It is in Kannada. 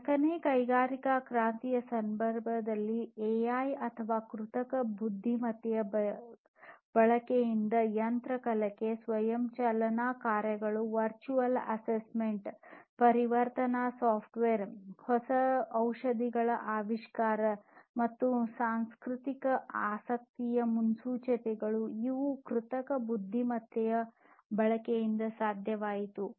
ನಾಲ್ಕನೇ ಕೈಗಾರಿಕಾ ಕ್ರಾಂತಿಯ ಸಂದರ್ಭದಲ್ಲಿ ಎಐ ಅಥವಾ ಕೃತಕ ಬುದ್ಧಿಮತ್ತೆಯ ಬಳಕೆಯಿಂದ ಯಂತ್ರ ಕಲಿಕೆ ಸ್ವಯಂ ಚಾಲನಾ ಕಾರುಗಳು ವರ್ಚುವಲ್ ಅಸೆಸ್ಮೆಂಟ್ ಪರಿವರ್ತನಾ ಸಾಫ್ಟ್ವೇರ್ ಹೊಸ ಔಷಧಿಗಳ ಆವಿಷ್ಕಾರ ಮತ್ತು ಸಾಂಸ್ಕೃತಿಕ ಆಸಕ್ತಿಯ ಮುನ್ಸೂಚನೆ ಇವುಗಳು ಕೃತಕ ಬುದ್ಧಿಮತ್ತೆಯ ಬಳಕೆಯಿಂದ ಸಾಧ್ಯವಾಯಿತು